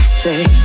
Say